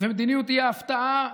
ומדיניות האי-הפתעה